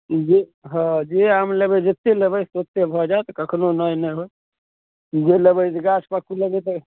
जे हँ जे आम लेबै जतेक लेबै ततेक भऽ जाएत कखनो नहि नहि हैत जे लेबै गछपक्कू लेबै तऽ